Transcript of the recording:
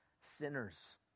sinners